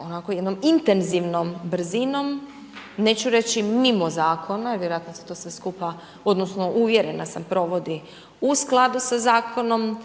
onako jednom intenzivnom brzinom, neću reći mimo Zakona vjerojatno se to sve skupa odnosno uvjerena sam, provodi u skladu sa zakonom,